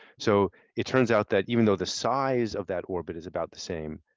so, it turns out that even though the size of that orbit is about the same,